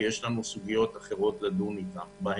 כי יש לנו סוגיות נוספות שיש לדון בהן.